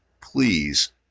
please